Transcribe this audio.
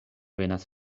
venas